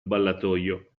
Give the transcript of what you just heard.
ballatoio